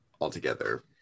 altogether